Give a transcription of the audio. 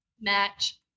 match